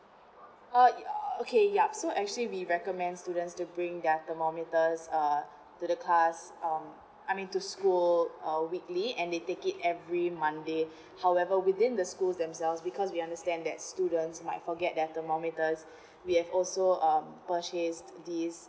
uh okay ya so actually we recommend students to bring their thermometers uh to the cars um I mean to school uh weekly and they take it every monday however within the school themselves because we understand that students might forget that thermometers we have also um purchased these